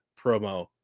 promo